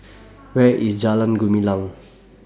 Where IS Jalan Gumilang